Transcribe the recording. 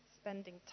spending